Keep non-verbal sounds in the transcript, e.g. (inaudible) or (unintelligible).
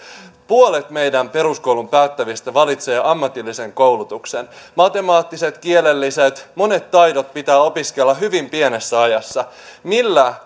puolet meidän peruskoulumme päättävistä valitsee ammatillisen koulutuksen matemaattiset kielelliset monet taidot pitää opiskella hyvin pienessä ajassa millä (unintelligible)